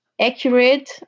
accurate